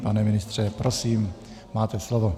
Pane ministře, prosím, máte slovo.